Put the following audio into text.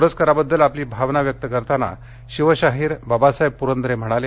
पुरस्काराबद्दल आपली भावना व्यक्त करताना शिवशाहीर बाबासाहेब पुरंदरे म्हणाले